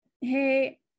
hey